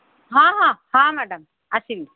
ହଁ ହଁ ହଁ ମ୍ୟାଡ଼ାମ୍ ଆସିବି